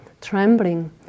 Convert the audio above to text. trembling